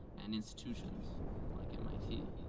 and institutions like mit.